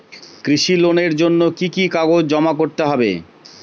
কৃষি লোনের জন্য কি কি কাগজ জমা করতে হবে?